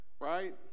right